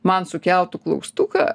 man sukeltų klaustuką